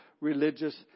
religious